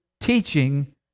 teaching